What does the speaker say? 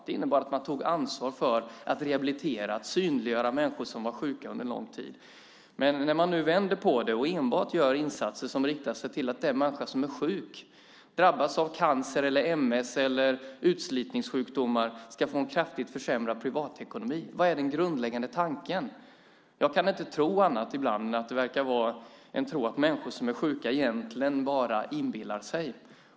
Det innebar att man tog ansvar för att rehabilitera och synliggöra människor som varit sjuka under lång tid. Men nu vänder man på det och gör enbart insatser som riktar in sig på att den människa som är sjuk - drabbas av cancer, ms eller utslitningssjukdomar - ska få en kraftigt försämrad privatekonomi. Vad är den grundläggande tanken? Jag kan ibland inte tro annat än att det verkar finnas en tro att människor som är sjuka egentligen bara inbillar sig.